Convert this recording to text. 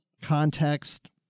context